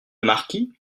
marquis